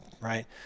right